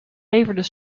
leverden